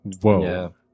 Whoa